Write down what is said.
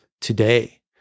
today